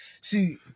see